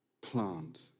plant